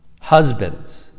husbands